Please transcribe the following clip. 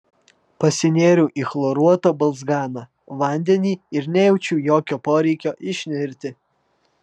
pasinėriau į chloruotą balzganą vandenį ir nejaučiau jokio poreikio išnirti